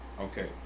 Okay